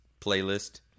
playlist